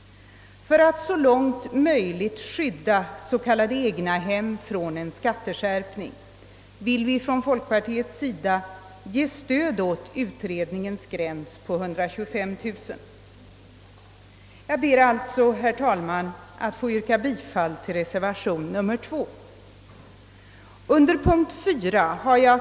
För att så långt som möjligt skydda s.k. egnahem från en skatteskärpning vill folkpartiet stöd ja utredningens förslag om gräns vid 125 000. Jag ber, herr talman, att få yrka bifall till reservation nr HH.